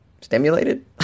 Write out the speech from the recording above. stimulated